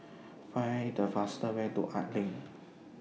Find The fastest Way to Arts LINK